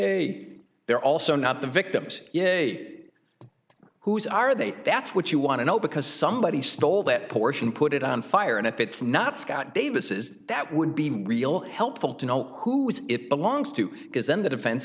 a they're also not the victims whose are they that's what you want to know because somebody stole that portion put it on fire and if it's not scott davis is that would be real helpful to know who it belongs to because then the defen